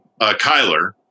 Kyler